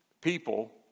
people